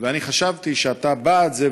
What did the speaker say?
ואני חשבתי שאתה בעד זה,